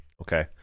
Okay